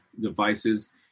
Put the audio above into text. devices